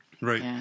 right